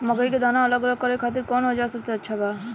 मकई के दाना अलग करे खातिर कौन औज़ार सबसे अच्छा बा?